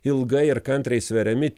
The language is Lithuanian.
ilgai ir kantriai sveriami